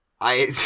I-